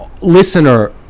listener